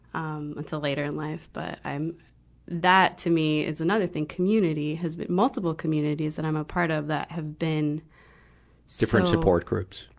um until later in life. but i'm that, to me, is another thing. community has been multiple communities that i'm a part of that have been, so paul different support groups.